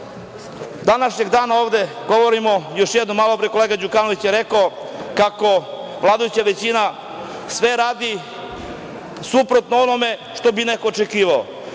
danas govorimo, još jednom, malopre je kolega Đukanović rekao kako vladajuća većina sve radi suprotno onome što bi neko očekivao.